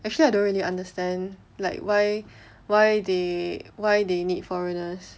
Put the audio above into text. actually I don't really understand like why why they why they need foreigners